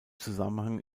zusammenhang